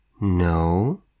No